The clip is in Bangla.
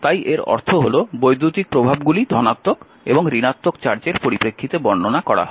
তাই এর অর্থ হল বৈদ্যুতিক প্রভাবগুলি ধনাত্মক এবং ঋণাত্মক চার্জের পরিপ্রেক্ষিতে বর্ণনা করা হয়